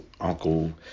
uncle